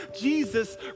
jesus